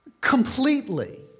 completely